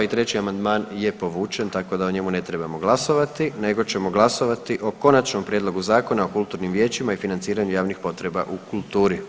I 3. amandman je povučen tako da o njemu ne trebamo glasovati nego ćemo glasovati o Konačnom prijedlogu Zakona o kulturnim vijećima i financiranju javnih potreba u kulturi.